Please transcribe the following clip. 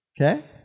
Okay